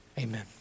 amen